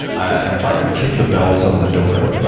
i've taught her to kick the bells on the door, but